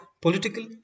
political